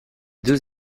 deux